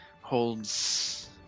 holds